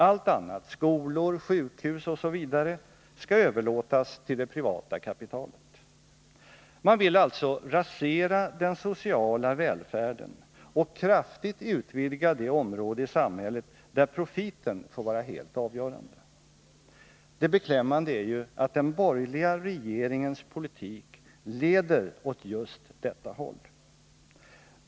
Allt annat — skolor, sjukhus osv. — skall överlåtas till det privata kapitalet. Man vill alltså rasera den sociala välfärden och kraftigt utvidga det område i samhället där profiten får vara helt avgörande. ; Det beklämmande är att den borgerliga regeringens politik leder just åt detta håll.